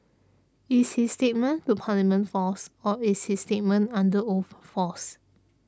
is his statement to Parliament false or is his statement under oath false